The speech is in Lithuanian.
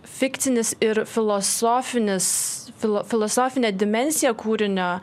fikcinis ir filosofinis filo filosofinė dimensija kūrinio